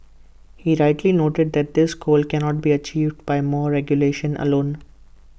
he rightly noted that this goal cannot be achieved by more regulation alone